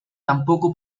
tampoco